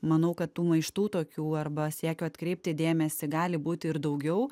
manau kad tų maištų tokių arba siekio atkreipti dėmesį gali būti ir daugiau